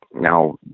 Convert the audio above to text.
now